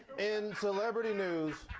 in celebrity news,